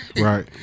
right